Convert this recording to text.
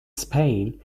spain